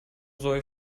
soll